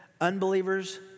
unbelievers